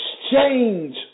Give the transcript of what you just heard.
exchange